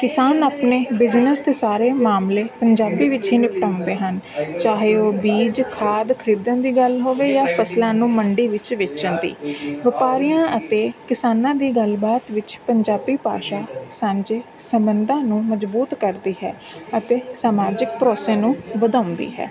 ਕਿਸਾਨ ਆਪਣੇ ਬਿਜ਼ਨਸ ਦੇ ਸਾਰੇ ਮਾਮਲੇ ਪੰਜਾਬੀ ਵਿੱਚ ਹੀ ਨਿਪਟਾਉਂਦੇ ਹਨ ਚਾਹੇ ਉਹ ਬੀਜ ਖਾਦ ਖਰੀਦਣ ਦੀ ਗੱਲ ਹੋਵੇ ਜਾਂ ਫ਼ਸਲਾਂ ਨੂੰ ਮੰਡੀ ਵਿੱਚ ਵੇਚਣ ਦੀ ਵਪਾਰੀਆਂ ਅਤੇ ਕਿਸਾਨਾਂ ਦੀ ਗੱਲਬਾਤ ਵਿੱਚ ਪੰਜਾਬੀ ਭਾਸ਼ਾ ਸਾਂਝੇ ਸੰਬੰਧਾਂ ਨੂੰ ਮਜ਼ਬੂਤ ਕਰਦੀ ਹੈ ਅਤੇ ਸਮਾਜਿਕ ਭਰੋਸੇ ਨੂੰ ਵਧਾਉਂਦੀ ਹੈ